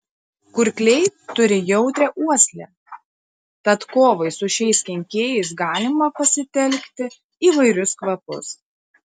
kurkliai turi jautrią uoslę tad kovai su šiais kenkėjais galima pasitelkti įvairius kvapus